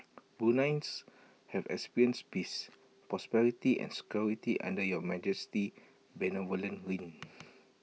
Bruneians have experienced peace prosperity and security under your Majesty's benevolent reign